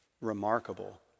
remarkable